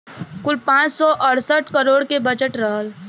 कुल पाँच सौ अड़सठ करोड़ के बजट रहल